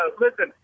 listen